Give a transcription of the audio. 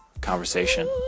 conversation